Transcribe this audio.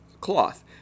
cloth